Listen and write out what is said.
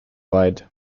weit